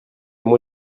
moi